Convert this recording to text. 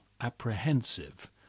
apprehensive